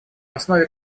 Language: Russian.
основе